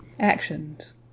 Actions